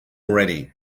ready